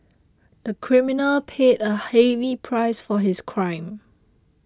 the criminal paid a heavy price for his crime